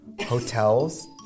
Hotels